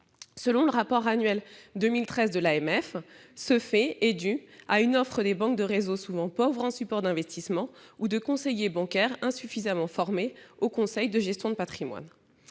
des marchés financiers, l'AMF, c'est dû à une offre des banques de réseaux souvent pauvre en supports d'investissements ou à des conseillers bancaires insuffisamment formés au conseil de gestion de patrimoine.